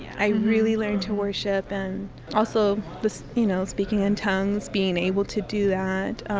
i really learned to worship. and also the, you know, speaking in tongues, being able to do that,